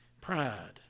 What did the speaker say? Pride